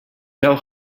tell